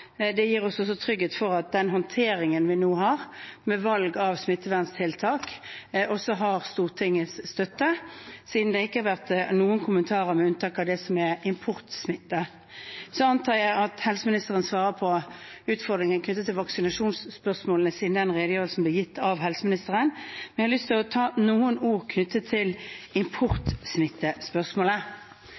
Det gir oss også trygghet for at den håndteringen vi nå har, med valg av smitteverntiltak, har Stortingets støtte, siden det ikke har vært noen kommentarer, med unntak av det som gjelder importsmitte. Jeg antar at helseministeren vil svare på utfordringen knyttet til vaksinasjonsspørsmålene, siden den redegjørelsen ble gitt av ham, men jeg har lyst til å si noen ord